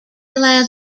allows